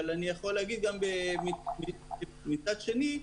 אבל מצד שני,